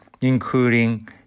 including